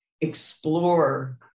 explore